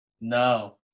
no